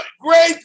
Great